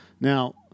Now